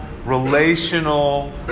Relational